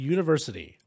University